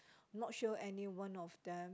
not sure anyone of them